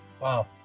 wow